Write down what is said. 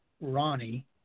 Ronnie